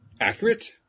accurate